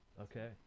Okay